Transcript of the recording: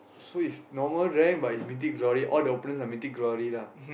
so is normal rank but is Mythic-Glory all the opponents are Mythic-Glory lah